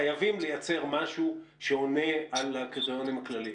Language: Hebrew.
חייבים לייצר משהו שעונה על הקריטריונים הכלליים.